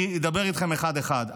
אני אדבר איתכם אחד-אחד,